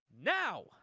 Now